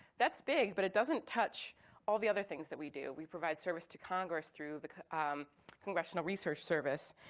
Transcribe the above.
that's big, but it doesn't touch all the other things that we do. we provide service to congress through the congressional research service,